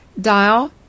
dial